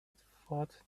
thought